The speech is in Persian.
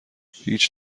هیچ